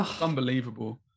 Unbelievable